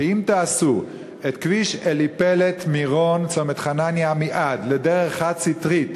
אם תעשו את כביש אליפלט מירון צומת-חנניה עמיעד לדרך חד-סטרית